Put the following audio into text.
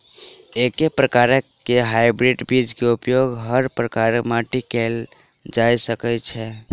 एके प्रकार केँ हाइब्रिड बीज केँ उपयोग हर प्रकार केँ माटि मे कैल जा सकय छै?